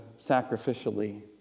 sacrificially